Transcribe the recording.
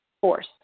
force